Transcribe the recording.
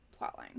plotline